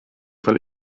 fel